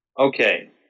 Okay